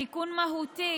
התיקון הוא מהותי,